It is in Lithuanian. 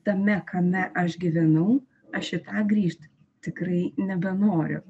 tame kame aš gyvenau aš į tą grįžt tikrai nebenoriu